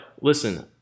listen